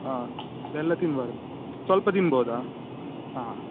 ಹಾಂ ಬೆಲ್ಲ ತಿನ್ನಬಾರ್ದು ಸ್ವಲ್ಪ ತಿನ್ಬೋದಾ ಹಾಂ